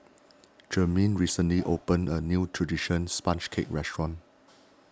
Jermain recently opened a new Traditional Sponge Cake restaurant